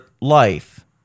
life